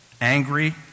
angry